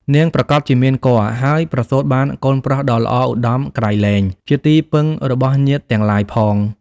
នាងប្រាកដជាមានគភ៌ ហើយប្រសូតបានកូនប្រុសដ៏ល្អឧត្តមក្រៃលែង ជាទីពឹងរបស់ញាតិទាំងឡាយផង។